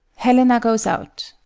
helena goes out.